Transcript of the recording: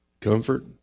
Comfort